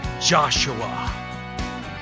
Joshua